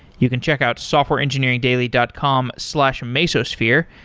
you can check out softwareengineeringdaily dot com slash mesosphere,